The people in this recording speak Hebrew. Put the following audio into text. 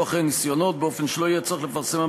אחרי הניסיונות באופן שלא יהיה צורך לפרסמם